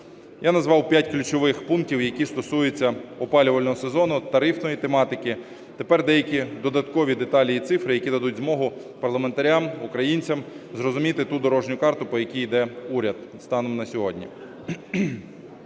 Я назвав п'ять ключових пунктів, які стосуються опалювального сезону, тарифної тематики, тепер деякі додаткові деталі і цифри, які дадуть змогу п арламентарям, українцям зрозуміти ту дорожню карту, по якій іде уряд станом на сьогодні.